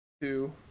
Two